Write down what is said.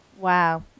Wow